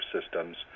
systems